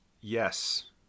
yes